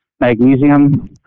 Magnesium